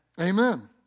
Amen